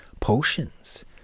potions